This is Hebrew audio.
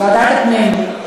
לוועדת הפנים.